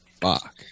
fuck